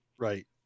Right